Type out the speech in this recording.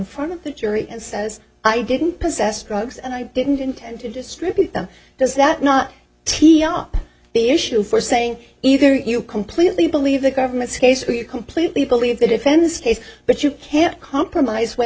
front of the jury and says i didn't possess drugs and i didn't intend to distribute them does that not t r u the issue for saying either you completely believe the government's case we completely believe the defense case but you can't compromise when